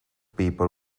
people